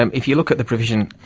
um if you look at the provision,